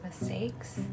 mistakes